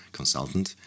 consultant